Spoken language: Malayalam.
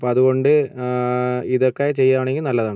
അപ്പോൾ അതുകൊണ്ട് ഇതൊക്കെ ചെയ്യുവാണെങ്കിൽ നല്ലതാണ്